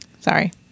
sorry